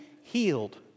healed